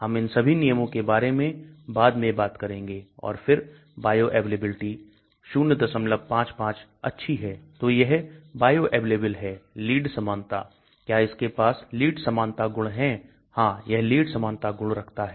हम इन सभी नियमों के बारे में बाद में बात करेंगे और फिर बायोअवेलेबिलिटी 055 अच्छी है तो यह बायो अवेलेबल है लीड समानता क्या इसके पास लीड समानता गुण है हां यह लीड समानता गुण रखता है